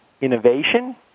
innovation